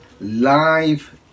live